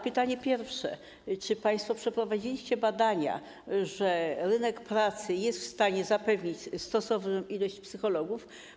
Pytanie pierwsze: Czy państwo przeprowadziliście badania, że rynek pracy jest w stanie zapewnić stosowną liczbę psychologów?